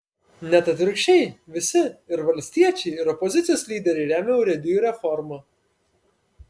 net atvirkščiai visi ir valstiečiai ir opozicijos lyderiai remia urėdijų reformą